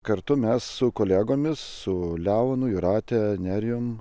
kartu mes su kolegomis su leonu jūratė nerijumi